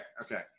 Okay